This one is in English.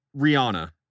rihanna